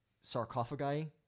sarcophagi